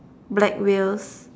black wheels